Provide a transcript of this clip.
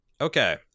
Okay